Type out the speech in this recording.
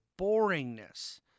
boringness